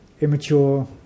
immature